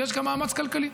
ויש גם מאמץ כלכלי.